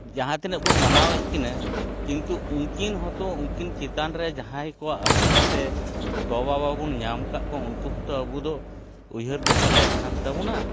ᱡᱟᱦᱟᱸ ᱛᱤᱱᱟᱹᱜᱵᱚᱱ ᱢᱟᱱᱟᱣᱮᱫ ᱠᱤᱱᱟᱹ ᱠᱤᱱᱛᱩ ᱩᱱᱠᱤᱱ ᱦᱚᱸᱛᱚ ᱩᱱᱠᱤᱱᱢ ᱪᱮᱛᱟᱱᱨᱮ ᱡᱟᱦᱟᱸᱭ ᱠᱚᱣᱟᱜ ᱟᱥᱤᱥᱛᱮ ᱜᱚ ᱵᱟᱵᱟᱵᱚᱱ ᱧᱟᱢ ᱟᱠᱟᱫ ᱠᱚᱣᱟᱜ ᱩᱱᱠᱩ ᱦᱚᱸᱛᱚ ᱟᱵᱚᱫᱚ ᱩᱭᱦᱟᱹᱨ ᱫᱚᱦᱚ ᱞᱮᱠ ᱠᱟᱱ ᱛᱟᱵᱚᱱᱟ